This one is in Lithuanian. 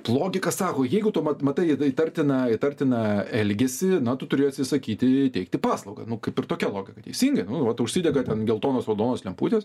logika sako jeigu tu matai įtartiną įtartiną elgesį na tu turi atsisakyti teikti paslaugą nu kaip ir tokia logika teisingai nu vat užsidega ten geltonos raudonos lemputės